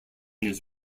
his